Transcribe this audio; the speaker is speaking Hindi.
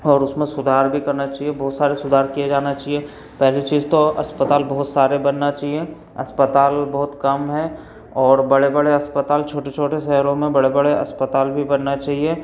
और उसमें सुधार भी करना चाहिए बहुत सारे सुधार किया जाना चाहिए पहली चीज़ तो अस्पताल बहुत सारे बनना चाहिए अस्पताल बहुत कम हैं और बड़े बड़े अस्पताल छोटे छोटे शहरों में बड़े बड़े अस्पताल भी बनना चाहिए